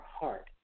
heart